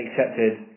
accepted